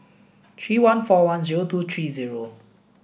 three one four one zero two three zero